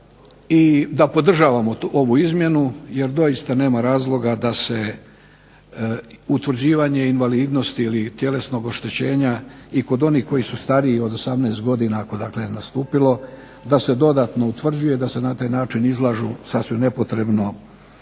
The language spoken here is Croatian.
i da podržavamo ovu izmjenu jer doista nema razloga da se utvrđivanje invalidnosti ili tjelesnog oštećenja i kod onih koji su stariji od 18 godina ako dakle je nastupilo da se dodatno utvrđuje i da se na taj način izlažu sasvim nepotrebno